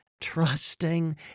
trusting